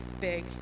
big